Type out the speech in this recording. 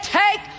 take